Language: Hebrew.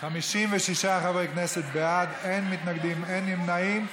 56 חברי כנסת בעד, אין מתנגדים, אין נמנעים.